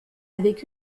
avec